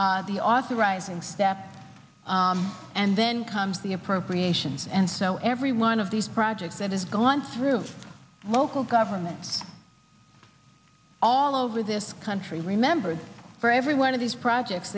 the authorizing step and then comes the appropriations and so every one of these projects that has gone through local governments all over this country remembered for every one of these projects